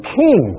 king